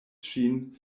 ŝin